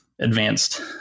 advanced